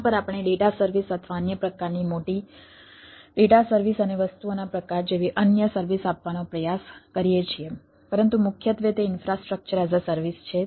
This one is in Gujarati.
તેના પર આપણે ડેટા સર્વિસ અથવા અન્ય પ્રકારની મોટી ડેટા સર્વિસ અને વસ્તુઓના પ્રકાર જેવી અન્ય સર્વિસ આપવાનો પ્રયાસ કરીએ છીએ પરંતુ મુખ્યત્વે તે ઇન્ફ્રાસ્ટ્રક્ચર એઝ અ સર્વિસ છે